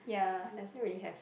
doesn't really have